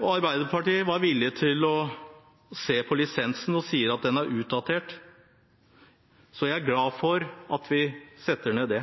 Arbeiderpartiet er villig til å se på lisensen, og de sier at den er utdatert. Jeg er glad for at man setter den ned,